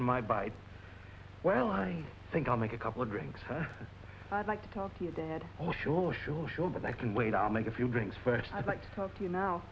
my bite well i think i'll make a couple of drinks or i'd like to talk to you dad oh sure sure sure but i can wait i'll make a few drinks first i'd like to talk to you now